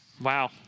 wow